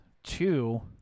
Two